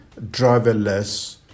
driverless